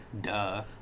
Duh